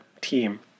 team